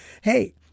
hey